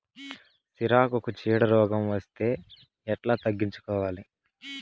సిరాకుకు చీడ రోగం వస్తే ఎట్లా తగ్గించుకోవాలి?